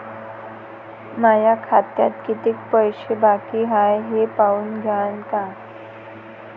माया खात्यात कितीक पैसे बाकी हाय हे पाहून द्यान का?